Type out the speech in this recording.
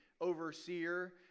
overseer